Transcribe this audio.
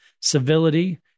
civility